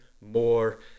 more